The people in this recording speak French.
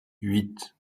huit